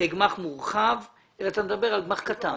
בגמ"ח מורחב אלא אתה מדבר על גמ"ח קטן.